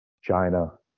China